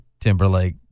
Timberlake